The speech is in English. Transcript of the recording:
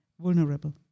vulnerable